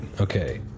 Okay